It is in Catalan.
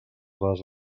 bases